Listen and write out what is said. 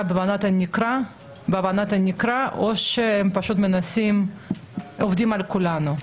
בהבנת הנקרא או שהם פשוט עובדים על כולנו.